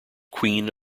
queen